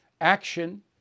action